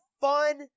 fun